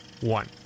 one